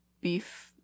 beef